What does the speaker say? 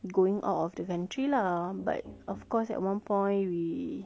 going out of the country lah but of course at one point we